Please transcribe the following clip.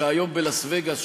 שהיום בלאס-וגאס,